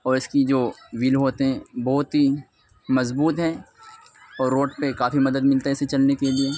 اور اس کی جو ویل ہوتے ہیں بہت ہی مضبوط ہیں اور روڈ پہ کافی مدد ملتا ہے اس سے چلنے کے لئے